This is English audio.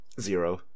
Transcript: zero